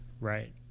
Right